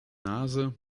nase